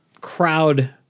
crowd